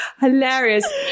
Hilarious